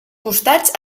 costats